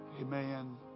Amen